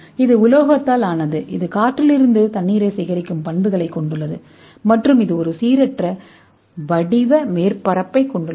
இது உலோகத்தால் ஆனது இது காற்றில் இருந்து தண்ணீரைச் சேகரிக்கும் சொத்துக்களைக் கொண்டுள்ளது மற்றும் இது ஒரு சீரற்ற வடிவ மேற்பரப்பைக் கொண்டுள்ளது